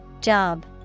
Job